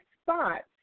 spots